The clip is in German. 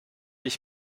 ich